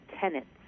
tenants